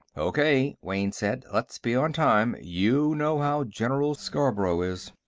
okay, wayne said. let's be on time, you know how general scarborough is.